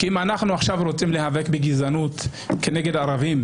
כי אם אנחנו עכשיו רוצים להיאבק בגזענות כנגד ערבים,